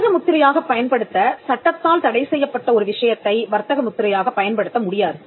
வர்த்தக முத்திரையாகப் பயன்படுத்த சட்டத்தால் தடை செய்யப்பட்ட ஒரு விஷயத்தை வர்த்தக முத்திரையாகப் பயன்படுத்த முடியாது